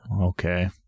okay